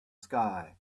sky